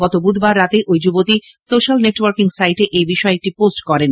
গত বুধবার রাতে ওই যুবতী সোশ্যাল নেটওয়ার্কিং সাইটে এই বিষয়ে একটি পোস্ট করেন